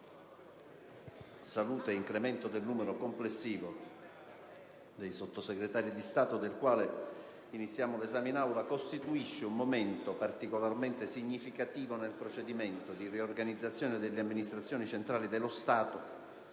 salute e incremento del numero complessivo dei Sottosegretari di Stato», del quale iniziamo l'esame in Aula, costituisce un momento particolarmente significativo nel procedimento di riorganizzazione delle Amministrazioni centrali dello Stato